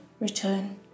return